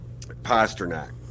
pasternak